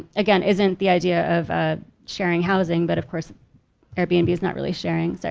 again isn't the idea of ah sharing housing but of course airbnb is not really sharing, sorry.